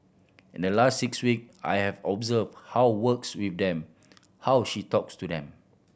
in the last six week I have observed how works with them how she talks to them